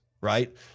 right